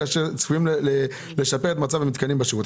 שצפויים לשפר את מצב המתקנים בשירות.